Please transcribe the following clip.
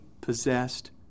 possessed